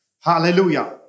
hallelujah